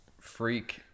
freak